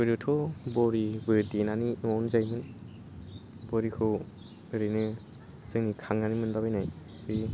गोदोथ' बरिबो देनानै न'आवनो जायोमोन बरिखौ ओरैनो जोङो खांनानै मोनला बायनाय